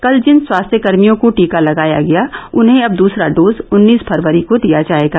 कल जिन स्वास्थ्यकर्मियों को टीका लगाया गया उन्हें अब दूसरा डोज उन्नीस फरवरी को दिया जायेगा